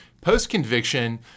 Post-conviction